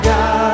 God